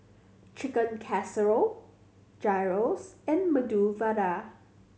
Chicken Casserole Gyros and Medu Vada